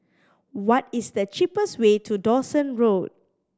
what is the cheapest way to Dawson Road